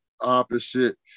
opposite